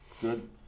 Good